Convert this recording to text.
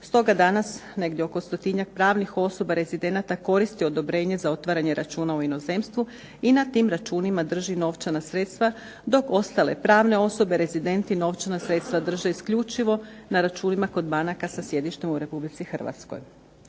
Stoga danas negdje oko 100-tinjak pravnih osoba rezidenata koristi odobrenje za otvaranje računa u inozemstvu i na tim računima drži novčana sredstva, dok ostale pravne osobe rezidenti novčana sredstva drže isključivo na računima kod banaka sa sjedištem u Republici Hrvatskoj.